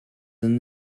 than